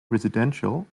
residential